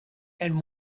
and